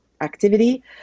activity